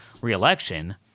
reelection